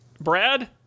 Brad